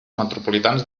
metropolitans